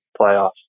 playoffs